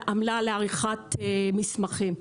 עמלה לעריכת מסמכים.